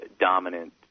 dominant